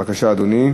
בבקשה, אדוני.